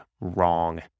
wrong